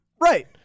Right